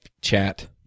chat